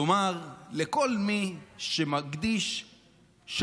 אני רוצה לומר לכל מי שמקדיש שעות,